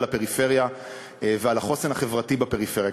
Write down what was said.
הפריפריה ועל החוסן החברתי בפריפריה,